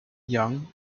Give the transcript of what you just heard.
young